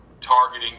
targeting